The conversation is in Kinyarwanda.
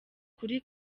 kuri